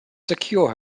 secure